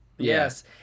yes